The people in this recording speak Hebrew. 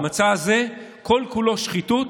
המצע הזה כל-כולו שחיתות.